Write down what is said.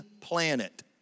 planet